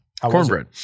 cornbread